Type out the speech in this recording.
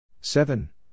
Seven